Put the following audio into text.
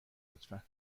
لطفا